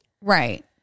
Right